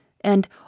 and